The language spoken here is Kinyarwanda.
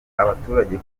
abaturage